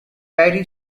perry